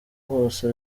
hose